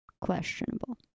questionable